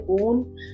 own